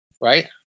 right